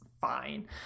fine